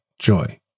joy